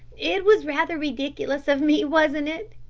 it was rather ridiculous of me, wasn't it?